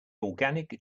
organic